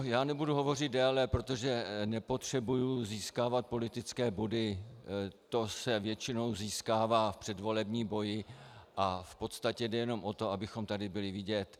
Já nebudu hovořit déle, protože nepotřebuji získávat politické body, ty se většinou získávají v předvolebním boji a v podstatě jde jenom o to, abychom tady byli vidět.